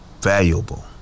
Valuable